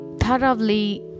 thoroughly